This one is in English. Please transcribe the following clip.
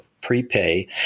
prepay